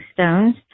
stones